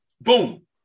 boom